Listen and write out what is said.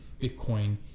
Bitcoin